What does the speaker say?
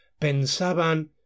pensaban